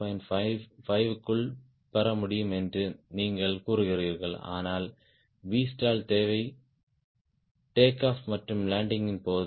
5 க்குள் பெற முடியும் என்று நீங்கள் கூறுகிறீர்கள் ஆனால் விஸ்டால் தேவை டேக்ஆப் மற்றும் லேண்டிங் போது சி